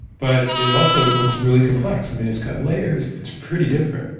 but, it also looks really complex. it's got layers. it's pretty different.